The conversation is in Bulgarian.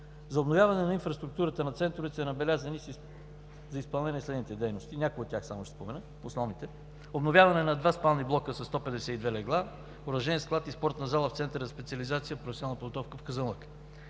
За обновяване на инфраструктурата на центровете са набелязани за изпълнение следните дейности, ще спомена основните: обновяване на два спални блока със 152 легла, оръжеен склад и спортна зала в Центъра за специализация и професионална подготовка в Казанлък;